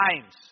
times